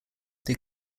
they